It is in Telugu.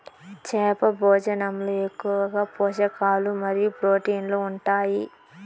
చేప భోజనంలో ఎక్కువగా పోషకాలు మరియు ప్రోటీన్లు ఉంటాయి